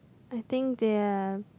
I think they are